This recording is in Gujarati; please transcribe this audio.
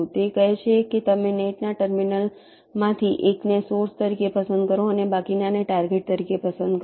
તે કહે છે કે તમે નેટના ટર્મિનલમાંથી એકને સોર્સ તરીકે પસંદ કરો અને બાકીનાને ટાર્ગેટ તરીકે પસંદ કરો